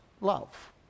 love